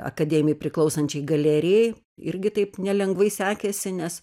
akademijai priklausančiai galerijai irgi taip nelengvai sekėsi nes